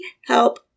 help